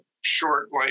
shortly